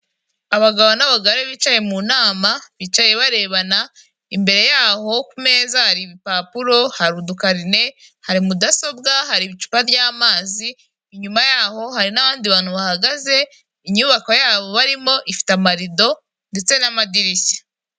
Inzu inzu nini isize umucanga ndetse hari n'inzu ishaje ntoya, nyuma yaho hari ishyamba n'icyapa cyanditseho akanyaru, huye, muhanga; hariho icyapa kiriho akantu kazamuye ndetse n'ikindi gitambika hariho Ruhango, Kinazi